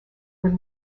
were